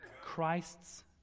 Christ's